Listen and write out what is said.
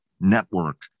network